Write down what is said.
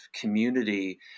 community